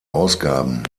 ausgaben